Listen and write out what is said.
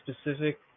specific